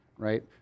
Right